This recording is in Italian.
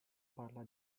parla